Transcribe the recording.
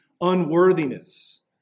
unworthiness